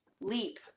leap